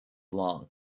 long